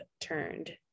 turned